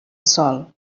sol